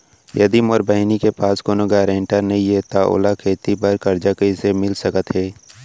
यदि मोर बहिनी के पास कोनो गरेंटेटर नई हे त ओला खेती बर कर्जा कईसे मिल सकत हे?